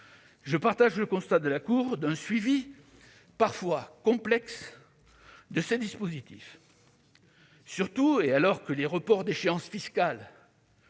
Je souscris au constat de la Cour d'un suivi parfois complexe de ces dispositifs. Alors que les reports d'échéances fiscales